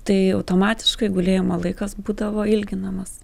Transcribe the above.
tai automatiškai gulėjimo laikas būdavo ilginamas